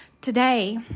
today